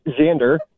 Xander